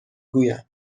گویم